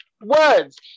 words